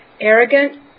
arrogant